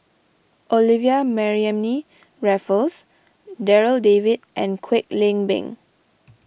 Olivia Mariamne Raffles Darryl David and Kwek Leng Beng